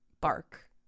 bark